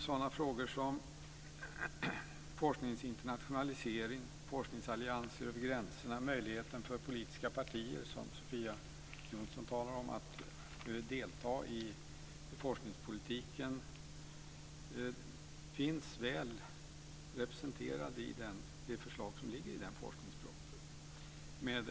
Sådana frågor som forskningens internationalisering, forskningsallianser över gränserna och möjligheten för politiska partier att delta i forskningspolitiken, som Sofia Jonsson talade om, är väl representerade i det förslag som finns i forskningspropositionen.